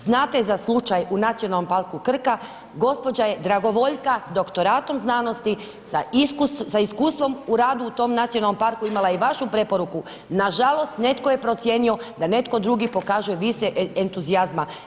Znate za slučaj u Nacionalnom parku Krka, gospođa je dragovoljka, doktoratom znanosti, sa iskustvom ur adu u tom nacionalnom parku, imala je i vašu preporuku, nažalost, netko je procijenio, da netko drugi pokaže više entuzijazma.